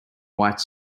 white